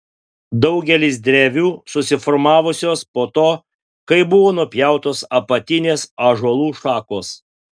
daugelis drevių susiformavusios po to kai buvo nupjautos apatinės ąžuolų šakos